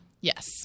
Yes